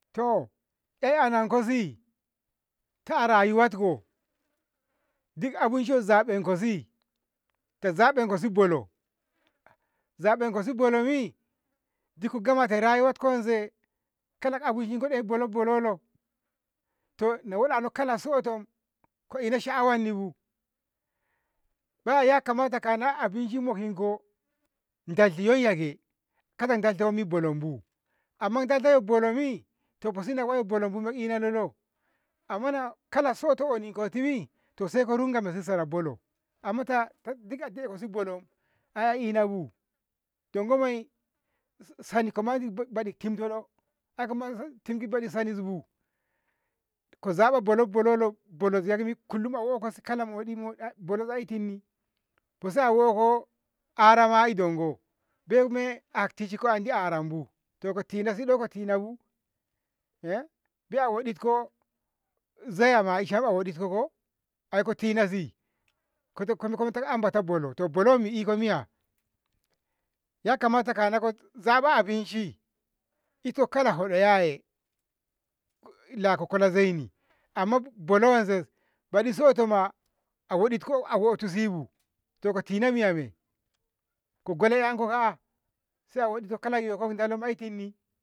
Too et ananko si ta a rayuwatko dik abinshi wanse a dinkosi ta zabonkosi bolo, zabonkosi bolomi? kiti ka gamatko rayuwat konze kala abinshi ko ɗoyi bolo lo, to na hodano kalassoto ko ina sha'awannibu ba kamata kana abinshi mokinkon ndali yoyiya ke kada ndalto wammi bolanbu amma dalta bonomi to ko sina waye bolomuma ina lolo amma na kalassoto oninkotimi to saiko runga misa sara bolo amma ta ta diga daikosi bolo ai a inbu ndongo moi soniko mani tim lolo aiko moi tinki sanizbu ko zaba bolo bolo lo bolo zagmi kullum a hoko kala moɗi- moɗi bolo a itinni? kasa'awoko arama'i ndongo bei me haktishenko andi aranbu to kotinasi ko kotinabu biya a foɗitko zai ama a ishe a hoditko ko aiko tinasi kotakomiko anbota bolo, bolo wammi iko miya? yakamata kanako zaba abinshi ito kala hodo yaye ko lako kola zaini amma bolo wanse baɗi sotoma a hoditko ahotusibu toko tina miya me? ko gola 'yanko ka'a sai a hodko kala yokod ndaloma e'tinni?